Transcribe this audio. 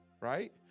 right